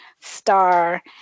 star